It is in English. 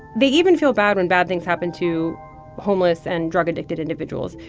they even feel bad when bad things happen to homeless and drug-addicted individuals.